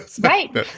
Right